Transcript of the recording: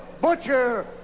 Butcher